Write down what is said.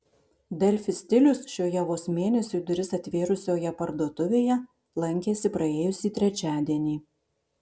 delfi stilius šioje vos mėnesiui duris atvėrusioje parduotuvėje lankėsi praėjusį trečiadienį